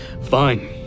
Fine